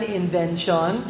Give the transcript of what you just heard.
invention